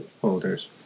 folders